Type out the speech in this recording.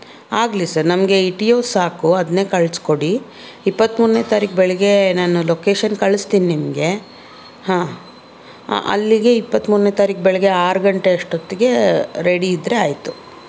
ಆಗಲಿ ಸರ್ ನಮಗೆ ಇಟಿಯೋಸ್ ಸಾಕು ಅದನ್ನೇ ಕಳ್ಸ್ಕೊಡಿ ಇಪ್ಪತ್ತ್ಮೂರನೇ ತಾರೀಕು ಬೆಳಿಗ್ಗೆ ನಾನು ಲೊಕೇಶನ್ ಕಳಿಸ್ತೀನಿ ನಿಮಗೆ ಹಾಂ ಅಲ್ಲಿಗೆ ಇಪ್ಪತ್ತ್ಮೂರನೇ ತಾರೀಕು ಬೆಳಿಗ್ಗೆ ಆರು ಗಂಟೆ ಅಷ್ಟೊತ್ಗೆ ರೆಡಿ ಇದ್ದರೆ ಆಯಿತು